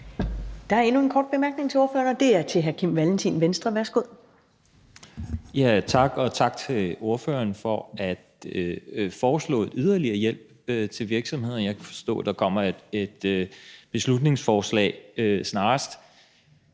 Der er endnu en kort bemærkning til ordføreren, og den er fra hr. Kim Valentin, Venstre. Værsgo. Kl. 11:18 Kim Valentin (V): Tak, og tak til ordføreren for at foreslå yderligere hjælp til virksomhederne. Jeg kan forstå, at der kommer et beslutningsforslag snarest.